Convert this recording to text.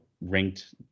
ranked